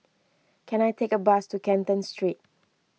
can I take a bus to Canton Street